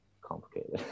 complicated